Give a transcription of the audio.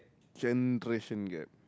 generation gap